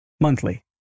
monthly